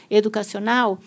educacional